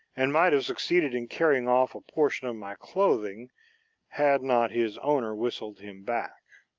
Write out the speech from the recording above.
and might have succeeded in carrying off a portion of my clothing had not his owner whistled him back.